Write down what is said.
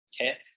okay